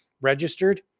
registered